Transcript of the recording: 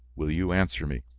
will you answer me?